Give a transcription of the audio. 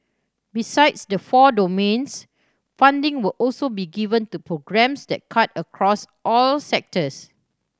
besides the four domains funding will also be given to programmes that cut across all sectors